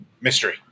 mystery